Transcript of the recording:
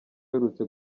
uherutse